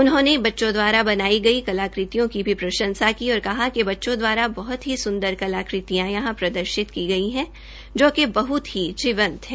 उन्होंने बच्चों द्वारा बनाई गई कलाकृतियों की भी प्रशंसा की और कहा कि बच्चों द्वारा बहुत ही सुंदर कलाकृतियां यहां प्रदर्शित की गई है जो कि बहुत ही जीवंत है